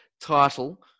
title